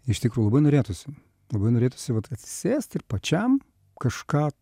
iš tikro labai norėtųsi labai norėtųsi vat atsisėst ir pačiam kažką